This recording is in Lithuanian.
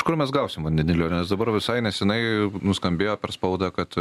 kur mes gausim vandenilio nes dabar visai nesenai nuskambėjo per spaudą kad